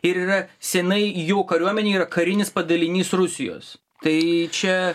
ir yra senai jų kariuomenė yra karinis padalinys rusijos tai čia